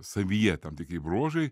savyje tam tikri bruožai